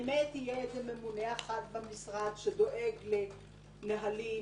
איזה ממונה אחד במשרד שדואג לנהלים,